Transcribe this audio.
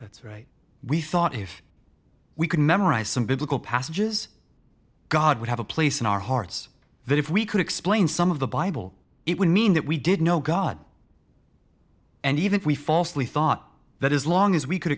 that's right we thought if we could memorize some biblical passages god would have a place in our hearts that if we could explain some of the bible it would mean that we did know god and even if we falsely thought that as long as we could